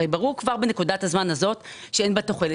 הרי ברור כבר בנקודת הזמן הזאת שאין בה תוחלת